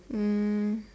um